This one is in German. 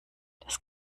das